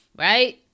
Right